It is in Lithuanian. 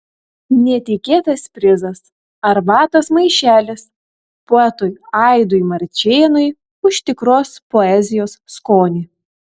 netikėtas prizas arbatos maišelis poetui aidui marčėnui už tikros poezijos skonį